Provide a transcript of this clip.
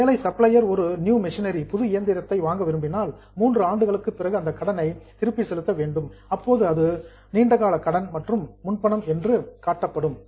ஒருவேளை சப்ளையர் ஒரு new machinery புதிய இயந்திரத்தை வாங்க விரும்பினால் மூன்று ஆண்டுகளுக்கு பிறகு அந்த கடனை ரீபெய்ட் திருப்பி செலுத்த வேண்டும் அப்போது அது long term loan and advance நீண்ட கால கடன் மற்றும் முன்பணம் என்று காட்டப்படும்